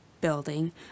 building